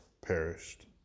perished